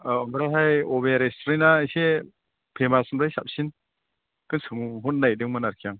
औ ओमफ्रायहाय बबे रेस्तुरेन्टाहाय इसे फेमास ओमफ्राय साबसिन बेखौ सोंहरनो नागिरदोंमोन आरोखि आं